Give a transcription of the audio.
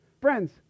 Friends